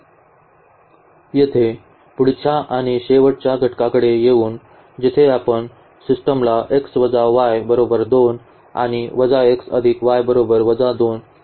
येथे पुढच्या आणि शेवटच्या घटकाकडे येऊन जिथे आपण सिस्टमला आणि मानतो